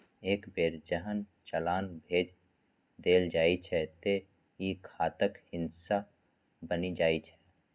एक बेर जहन चालान भेज देल जाइ छै, ते ई खाताक हिस्सा बनि जाइ छै